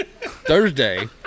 Thursday